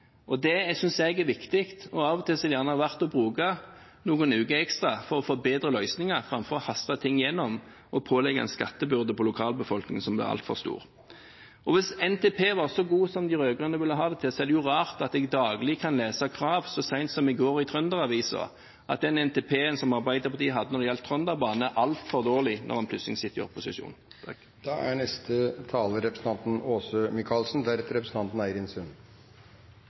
jeg er viktig, og av og til er det verdt å bruke noen ekstra uker for å få bedre løsninger, framfor å haste ting igjennom og pålegge lokalbefolkningen en skattebyrde som er altfor stor. Hvis NTP var så god som de rød-grønne ville ha det til, er det rart at jeg daglig kan lese krav – så sent som i går i Trønder-Avisa: at den NTP-en som Arbeiderpartiet hadde når det gjaldt Trønderbanen, er altfor dårlig når en plutselig sitter i opposisjon.